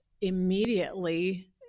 immediately